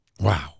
Wow